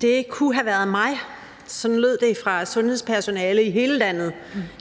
»Det kunne have været mig.« Sådan lød det fra sundhedspersonale i hele landet,